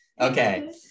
okay